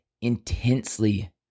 intensely